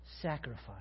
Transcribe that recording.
sacrifice